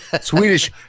Swedish